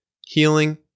healing